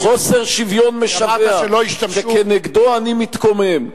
יש חוסר שוויון משווע שנגדו אני מתקומם,